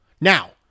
Now